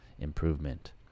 improvement